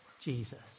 Jesus